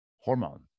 hormone